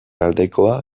aldekoa